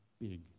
big